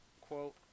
quote